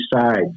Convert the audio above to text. sides